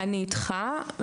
אני איתך.